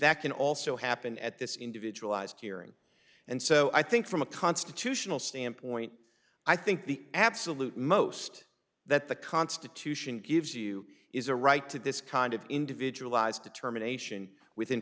that can also happen at this individual ised hearing and so i think from a constitutional standpoint i think the absolute most that the constitution gives you is a right to this kind of individualized determination within